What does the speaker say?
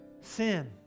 sin